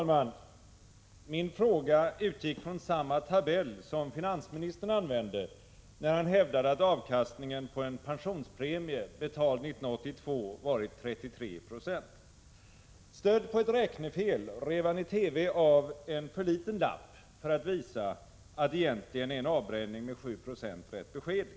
Fru talman! Min fråga utgick från samma tabell som finansministern använde när han hävdade att avkastningen på en pensionspremie betald 1982 varit 33 20. Stödd på ett räknefel rev finansministern i TV av en för liten lapp för att visa att en avbränning med 7 96 egentligen är rätt beskedlig.